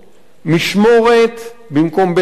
'משמורת' במקום 'בית-כלא',